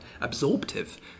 absorptive